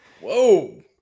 Whoa